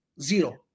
Zero